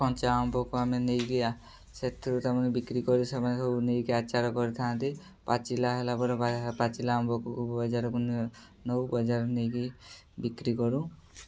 କଞ୍ଚା ଆମ୍ବକୁ ଆମେ ନେଇକି ସେଥିରୁ ତମେ ବିକ୍ରି କରି ସେମାନେ ସବୁ ନେଇକି ଆଚାର କରିଥାନ୍ତି ପାଚିଲା ହେଲା ପରେ ପାଚିଲା ଆମ୍ବକୁ ବଜାରକୁ ନେଉ ବଜାରକୁ ନେଇକି ବିକ୍ରି କରୁ